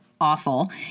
Awful